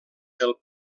del